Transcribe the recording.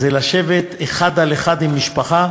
זה לשבת אחד על אחד עם משפחה,